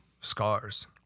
scars